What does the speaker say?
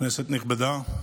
כנסת נכבדה,